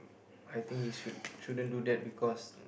I think he should shouldn't do that because